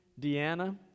Deanna